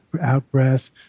out-breath